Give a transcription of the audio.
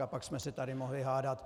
A pak jsme se tady mohli hádat.